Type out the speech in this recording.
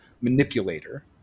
manipulator